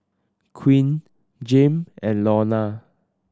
Quinn Jame and Launa